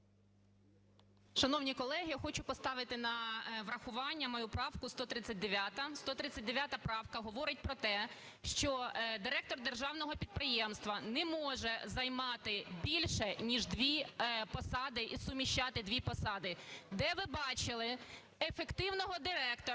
Шановні колеги, хочу поставити на врахування мою правку 139. 139 правка говорить про те, що директор державного підприємства не може займати більше, ніж дві посади і суміщати дві посади. Де ви бачили ефективного директора,